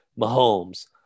Mahomes